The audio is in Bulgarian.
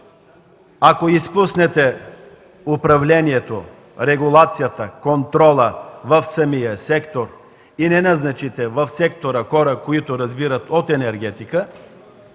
Ако изпуснете управлението, регулацията и контрола в сектора и не назначите в него хора, които разбират от енергетика,